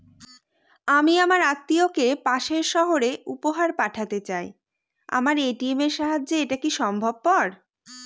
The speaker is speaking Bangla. আমি আমার আত্মিয়কে পাশের সহরে উপহার পাঠাতে চাই আমার এ.টি.এম এর সাহায্যে এটাকি সম্ভবপর?